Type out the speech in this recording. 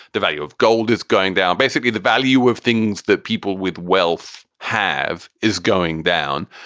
the value of gold is going down. basically, the value of things that people with wealth have is going down.